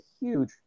huge